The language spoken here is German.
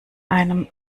einem